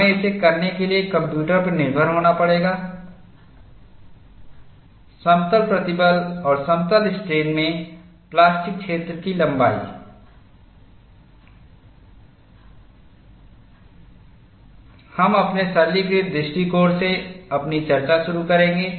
हमें इसे करने के लिए कंप्यूटर पर निर्भर होना पड़ेगा समतल प्रतिबल और समतल स्ट्रेन में प्लास्टिक क्षेत्र की लंबाई हम अपने सरलीकृत दृष्टिकोण से अपनी चर्चा शुरू करेंगे